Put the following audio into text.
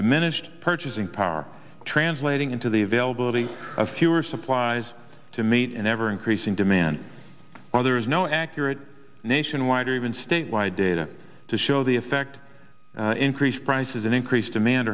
diminished purchasing power translating into the availability of fewer supplies to meet an ever increasing demand others no accurate in wider even statewide data to show the effect increased prices and increased demand